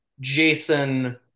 Jason